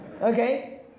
okay